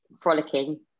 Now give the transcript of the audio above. frolicking